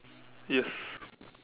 yes